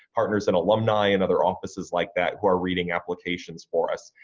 partners and alumni and other offices like that who are reading applications for us.